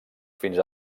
fins